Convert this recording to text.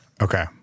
Okay